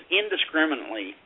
indiscriminately